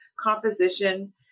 composition